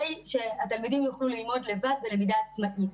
שהתלמידים יוכלו ללמוד לבד בלמידה עצמאית.